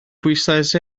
bwyslais